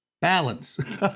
balance